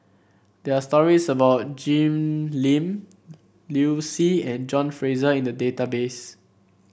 there are stories about Jim Lim Liu Si and John Fraser in the database